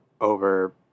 over